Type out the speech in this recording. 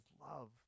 love